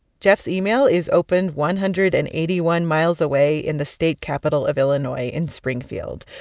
jeff's email is opened one hundred and eighty one miles away in the state capital of illinois in springfield.